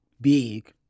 big